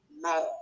mad